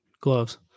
gloves